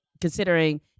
considering